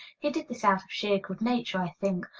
he did this out of sheer good nature, i think,